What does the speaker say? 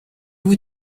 vous